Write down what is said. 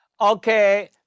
Okay